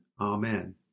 Amen